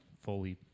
fully